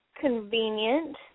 Convenient